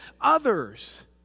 others